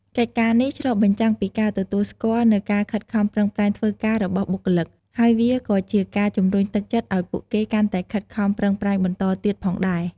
កិច្ចការនេះឆ្លុះបញ្ចាំងពីការទទួលស្គាល់នូវការខិតខំប្រឹងប្រែងធ្វើការរបស់បុគ្គលិក ហើយវាក៏ជាការជម្រុញទឹកចិត្តឱ្យពួកគេកាន់តែខិតខំប្រឹងប្រែងបន្តទៀតផងដែរ។